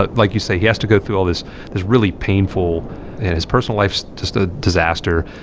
but like you say, he has to go through all this this really painful and his personal life's just a disaster.